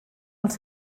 els